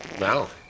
Wow